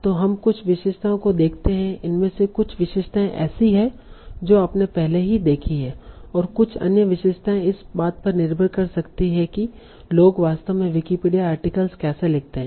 तो हम कुछ विशेषताओं को देखते हैं इनमें से कुछ विशेषताएं ऐसी हैं जो आपने पहले ही देखी हैं और कुछ अन्य विशेषताएं इस बात पर निर्भर कर सकती हैं कि लोग वास्तव में विकिपीडिया आर्टिकल कैसे लिखते हैं